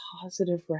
positive